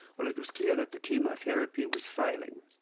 well, it was clear that the chemotherapy was failing,